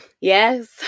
yes